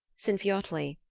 sinfiotli,